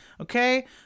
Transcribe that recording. okay